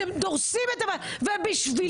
אתם דורסים את ה ובשביל מה?